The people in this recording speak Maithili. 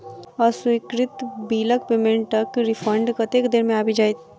अस्वीकृत बिलक पेमेन्टक रिफन्ड कतेक देर मे आबि जाइत?